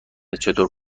چطور